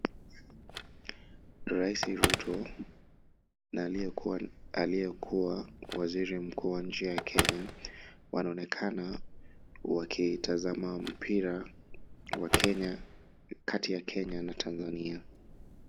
Rais Ruto na aliyekua waziri mkuu wa nchi ya Kenya ,wanaonekana wakitazama mpira kati ya Kenya na Tanzania .